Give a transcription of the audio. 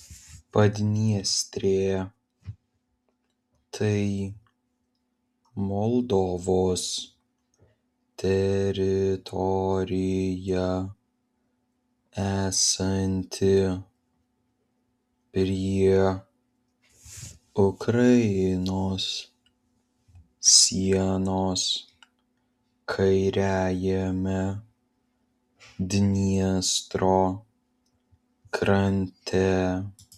padniestrė tai moldovos teritorija esanti prie ukrainos sienos kairiajame dniestro krante